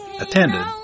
attended